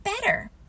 better